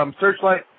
Searchlight